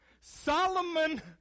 Solomon